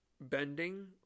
bending